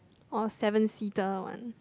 or a seven seater one